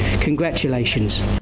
Congratulations